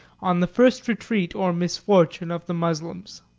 on the first retreat or misfortune of the moslems.